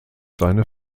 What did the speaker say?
seine